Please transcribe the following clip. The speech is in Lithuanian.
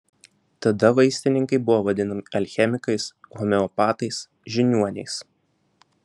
tada vaistininkai buvo vadinami alchemikais homeopatais žiniuoniais